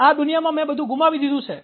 આ દુનિયામાં મેં બધું ગુમાવી દીધું છે